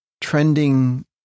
trending